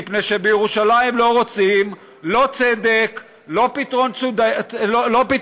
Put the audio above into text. מפני שבירושלים לא רוצים לא צדק, לא פתרון צודק,